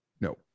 No